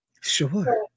Sure